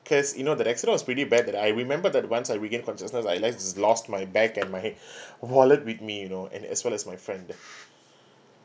cause you know that accident was pretty bad that I remember that once I regained consciousness I was like just lost my bag and my head wallet with me you know and as well as my friend